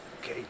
Okay